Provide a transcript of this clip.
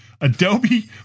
Adobe